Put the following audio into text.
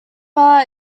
bar